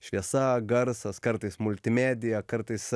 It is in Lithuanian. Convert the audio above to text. šviesa garsas kartais multimedija kartais